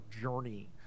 journey